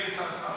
ועדת הכספים,